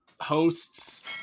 hosts